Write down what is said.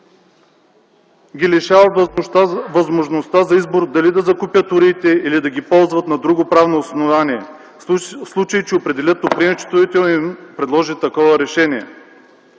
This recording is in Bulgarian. ги лишава от възможността за избор дали да закупят уредите или да ги ползват на друго правно основание, в случай че определеният топлинен счетоводител им предложи такова решение.